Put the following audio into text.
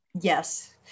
Yes